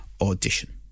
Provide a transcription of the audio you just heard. audition